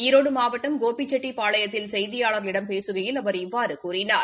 ஈரோடு மவட்டம் கோபிச்செட்டிப்பாளையத்தில் செய்தியாளா்களிடம் பேசுகையில் அவா் இவ்வாறு கூறினார்